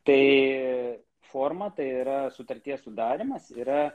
tai forma tai yra sutarties sudarymas yra